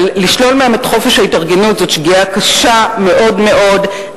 לשלול מהם את חופש ההתארגנות זאת שגיאה קשה מאוד מאוד.